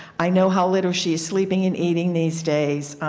i know how little she is sleeping and eating these days.